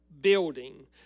building